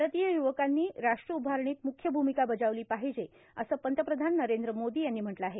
भारतीय युवकांनी राष्ट्र उभारणीत मुख्य भूमिका बजावली पाहिजे असं पंतप्रधान नरेंद्र मोदी यांनी म्हटलं आहे